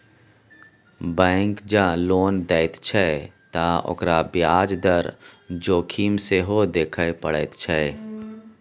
bank जँ loan दैत छै त ओकरा ब्याज दर जोखिम सेहो देखय पड़ैत छै